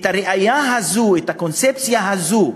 הראייה הזו, הקונספציה הזו,